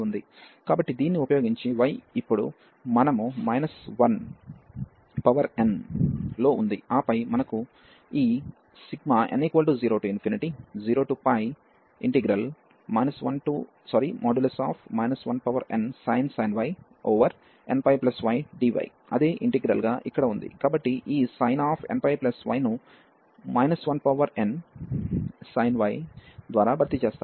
కాబట్టి దీన్ని ఉపయోగించి y ఇప్పుడు మనము మైనస్ 1 పవర్ n లో ఉంది ఆపై మనకు ఈ n00 1nsin y nπydy అదే ఇంటిగ్రల్ గా ఇక్కడ ఉంది కాబట్టి ఈ sin nπy ను 1nsin y ద్వారా భర్తీ చేస్తారు